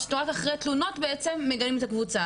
או שרק אחרי תלונות אתם מגלים את הקבוצה?